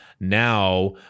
Now